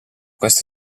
questa